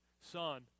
Son